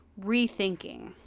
rethinking